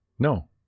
No